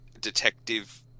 detective